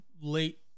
late